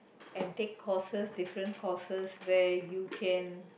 and take courses different courses where you can